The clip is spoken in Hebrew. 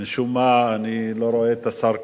משום מה אני לא רואה פה את השר כחלון,